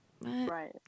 right